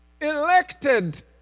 elected